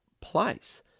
place